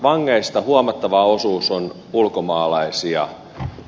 vangeista huomattava osuus on ulkomaalaisia